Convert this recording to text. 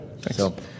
Thanks